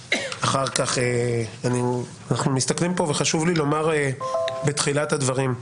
חשוב לי לומר בתחילת הדברים,